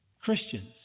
Christians